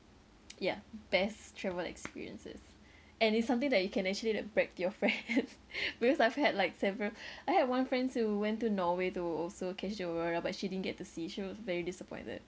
ya best travel experiences and it's something that you can actually like brag to your friend because I've had like several I have one friends who went to Norway to also catch the aurora but she didn't get to see was very disappointed